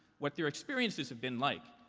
what their experiences have been like.